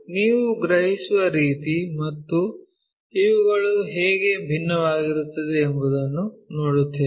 ನೀವು ಗ್ರಹಿಸುವ ರೀತಿ ಮತ್ತು ಇವುಗಳು ಹೇಗೆ ಭಿನ್ನವಾಗಿರುತ್ತವೆ ಎಂಬುದನ್ನು ನೋಡುತ್ತೇವೆ